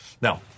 Now